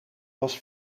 was